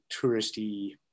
touristy